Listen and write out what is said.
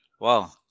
Wow